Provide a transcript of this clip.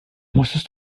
musstest